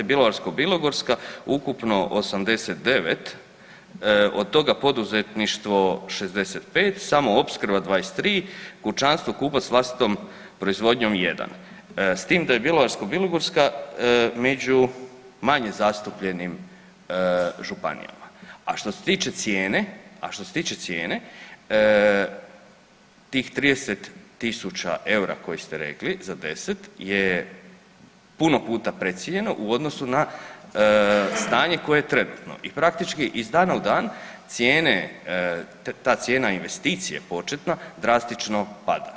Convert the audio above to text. Bjelovarsko-bilogorska, ukupno 89, od toga poduzetništvo 75, samoopskrba 23, kućanstva-kupac s vlastitom proizvodnjom 1, s time da je Bjelovarsko-bilogorska među manje zastupljenim županijama, a što se tiče cijene, tih 30 tisuća eura koje ste rekli za 10 je puno puta precijenjeno u odnosu na stanje koje je trenutno i praktički iz dana u dan cijene, ta cijena investicije početka drastično pada.